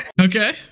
Okay